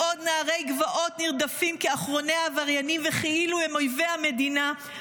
בעוד נערי גבעות נרדפים כאחרוני העבריינים וכאילו הם אויבי המדינה,